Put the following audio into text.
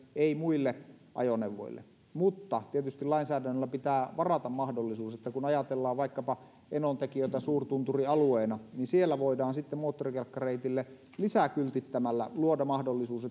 ei muille ajoneuvoille mutta tietysti lainsäädännöllä pitää varata mahdollisuus että kun ajatellaan vaikkapa enontekiötä suurtunturialueena niin siellä voidaan sitten moottorikelkkareitille lisäkyltittämällä luoda mahdollisuus